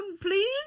please